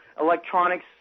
electronics